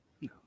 No